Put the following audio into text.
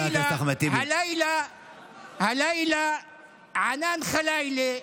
הלילה ענאן ח'לאילה,